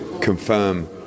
confirm